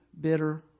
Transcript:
bitter